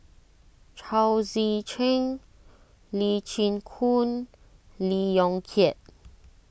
Chao Tzee Cheng Lee Chin Koon Lee Yong Kiat